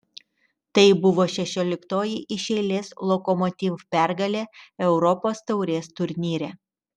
tai buvo šešioliktoji iš eilės lokomotiv pergalė europos taurės turnyre